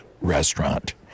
restaurant